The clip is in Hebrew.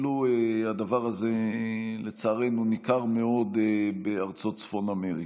והדבר הזה לצערנו ניכר מאוד אפילו בארצות צפון אמריקה.